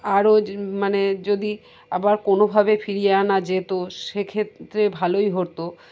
আরও মানে যদি আবার কোনোভাবে ফিরিয়ে আনা যেত সে ক্ষেত্রে ভালোই হতো